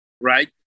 right